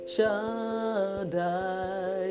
Shaddai